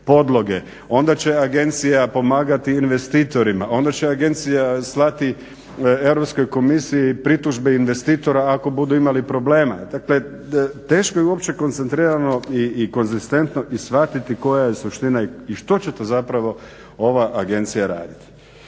onda će agencija pomagati investitorima, onda će agencija slati Europskoj komisiji pritužbe investitora ako budu imali problema. Dakle teško je uopće koncentrirano i konzistentno i shvatiti koja je suština i što će to ova agencija raditi.